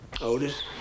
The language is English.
Otis